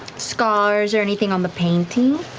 scars or anything on the painting,